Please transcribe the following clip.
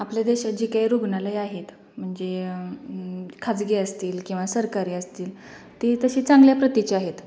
आपल्या देशात जे काही रुग्णालय आहेत म्हणजे खाजगी असतील किंवा सरकारी असतील ती तशी चांगल्या प्रतीचे आहेत